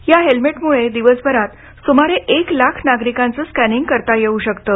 या हेल्मेटमुळे दिवसभरात सुमारे एक लाख नागरिकांचं स्कॅनिंग करता येऊ शकतं